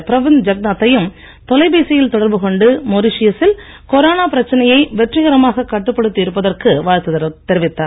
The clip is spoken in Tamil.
பிரவிந்த் ஜக்நாத்தையும் தொலைபேசியில் தொடர்பு கொண்டு மொரிசியசில் கொரோனா பிரச்சனையை வெற்றிகரமாக கட்டுப்படுத்தி இருப்பதற்கு வாழ்த்து தெரிவித்தார்